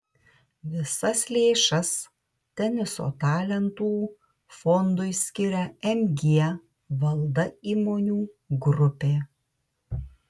visas lėšas teniso talentų fondui skiria mg valda įmonių grupė